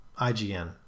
IGN